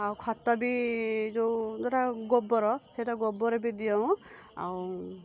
ଆଉ ଖତ ବି ଯେଉଁ ଧର ଗୋବର ସେଇଟା ଗୋବର ବି ଦେଉଁ ଆଉ